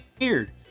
Weird